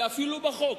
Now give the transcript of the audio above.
ואפילו בחוק,